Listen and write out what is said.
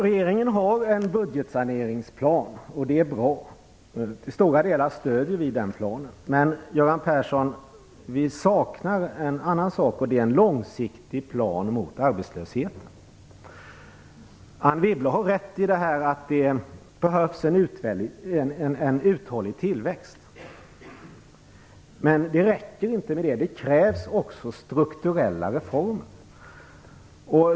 Regeringen har en budgetsaneringsplan. Det är bra. Vi stöder den planen till stora delar. Men, Göran Persson, vi saknar en annan sak - en långsiktig plan mot arbetslösheten. Anne Wibble har rätt i att det behövs en uthållig tillväxt. Men det räcker inte, utan det krävs också strukturella reformer.